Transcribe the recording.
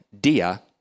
dia